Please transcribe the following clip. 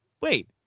Wait